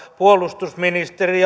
puolustusministeri